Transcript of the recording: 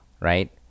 Right